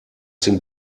sind